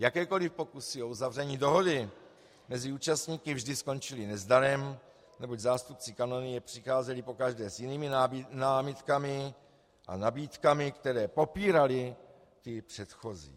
Jakékoli pokusy o uzavření dohody mezi účastníky vždy skončily nezdarem, neboť zástupci kanonie přicházeli pokaždé s jinými námitkami a nabídkami, které popíraly ty předchozí.